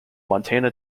montana